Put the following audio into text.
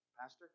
Pastor